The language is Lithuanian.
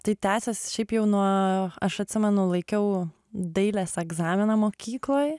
tai tęsėsi šiaip jau nuo aš atsimenu laikiau dailės egzaminą mokykloj